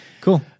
Cool